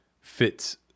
fits